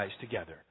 together